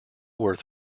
worth